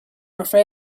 afraid